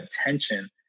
attention